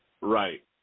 Right